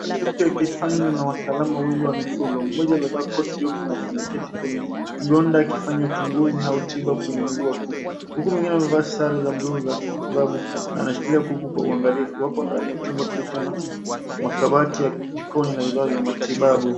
...ya kuku yakifanywa na wataalamu wawili wa mifugo mmoja amevaa koti jeupe, ameketi kwenye kidonda akifanya uchunguzi au tiba kwenye mguu wa kuku. Huku mwingine amevaa sare za buluu za kitibabu na anashikilia kuku kwa uangalifu. Wako katika chumba kilicho na makabati ya jikoni na vifaa vya matibabu.